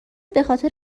بخاطر